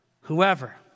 Whoever